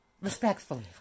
respectfully